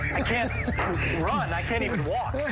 i can't run, i can't even walk. i yeah